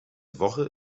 woche